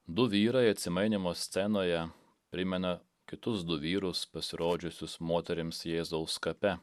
du vyrai atsimainymo scenoje primena kitus du vyrus pasirodžiusius moterims jėzaus kape